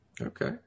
Okay